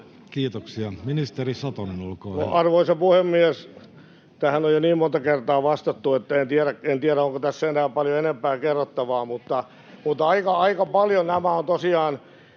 sd) Time: 16:17 Content: Arvoisa puhemies! Tähän on jo niin monta kertaa vastattu, että en tiedä, onko tässä enää paljon enempää kerrottavaa, mutta aika paljon tosiaan